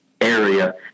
area